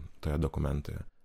toje dokumentoje